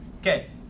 Okay